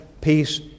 peace